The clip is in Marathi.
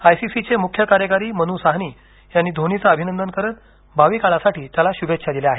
आयसीसीचे मुख्य कार्यकारी मनू साहनी यांनी धोनीचं अभिनंदन करत भावी काळासाठी त्याला शुभेच्छा दिल्या आहेत